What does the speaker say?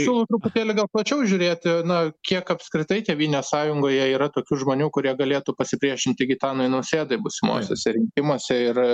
siūlau truputėlį gal plačiau žiūrėti na kiek apskritai tėvynės sąjungoje yra tokių žmonių kurie galėtų pasipriešinti gitanui nausėdai būsimuosiuose rinkimuose ir